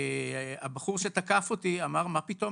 הבחור שתקף אותי אמר: מה פתאום?